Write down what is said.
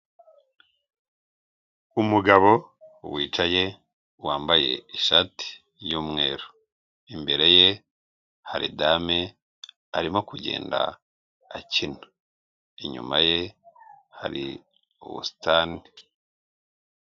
Umugabo wicaye wambaye ishati y'umweru imbere ye hari dame arimo kugenda akina inyuma ye hari ubusitani.